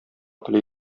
тели